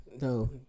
no